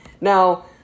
Now